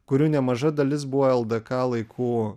kurių nemaža dalis buvo ldk laikų